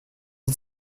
and